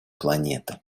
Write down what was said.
планеты